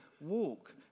walk